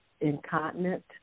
incontinent